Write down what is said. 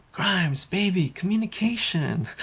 grimes, baby, communication!